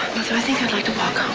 so i think i'd like to walk ah